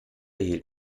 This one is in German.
hielt